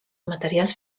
materials